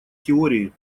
теории